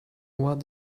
what